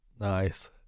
Nice